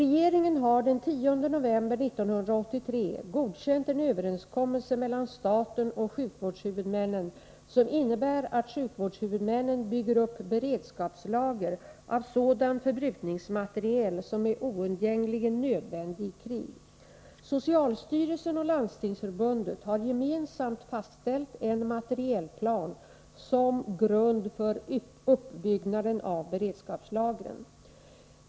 Regeringen har den 10 november 1983 godkänt en överenskommelse mellan staten och sjukvårdshuvudmännen som innebär att sjukvårdshuvudmännen bygger upp beredskapslager av sådan förbrukningsmateriel som är oundgängligen nödvändig i krig. Socialstyrelsen och Landstingsförbundet har gemensamt fastställt en materielplan som grund för uppbyggnaden av beredskapslagren.